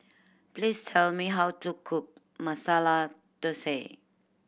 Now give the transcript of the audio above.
please tell me how to cook Masala Dosa